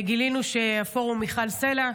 גילינו שפורום מיכל סלה,